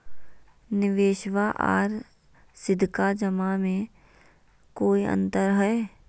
निबेसबा आर सीधका जमा मे कोइ अंतर हय?